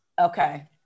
Okay